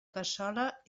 cassola